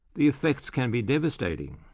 the effects can be devastating.